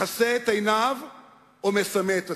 מכסה את עיניו או מסמא את הציבור.